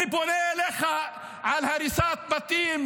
אני פונה אליך על הריסת בתים,